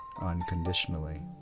unconditionally